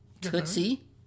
Tootsie